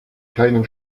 keinen